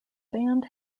band